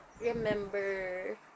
remember